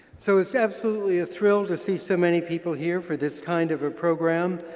so it's absolutely a thrill to see so many people here for this kind of a program.